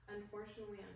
unfortunately